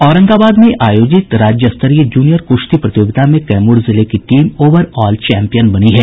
औरंगाबाद में आयोजित राज्य स्तरीय जूनियर कुश्ती प्रतियोगिता में कैमूर जिले की टीम ओवर ऑल चैम्पियन बनी है